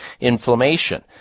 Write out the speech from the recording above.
inflammation